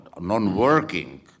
non-working